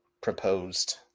proposed